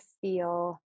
feel